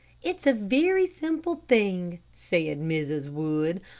it is a very simple thing, said mrs. wood.